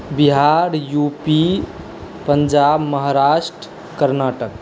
Bihar UP Punjab Maharashtra Karnataka